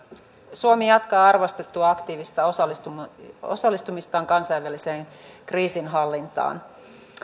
suomi jatkaa arvostettua aktiivista osallistumistaan kansainväliseen kriisinhallintaan